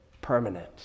permanent